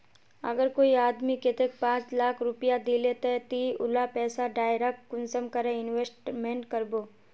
अगर कोई आदमी कतेक पाँच लाख रुपया दिले ते ती उला पैसा डायरक कुंसम करे इन्वेस्टमेंट करबो?